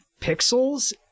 pixels